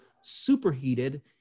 superheated